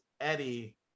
Eddie